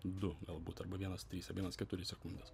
du galbūt arba vienas trys ar vienas keturi sekundės